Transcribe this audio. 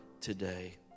today